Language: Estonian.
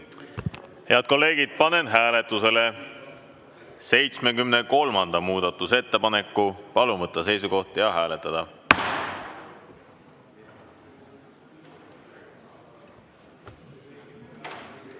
Head kolleegid, panen hääletusele 73. muudatusettepaneku. Palun võtta seisukoht ja hääletada!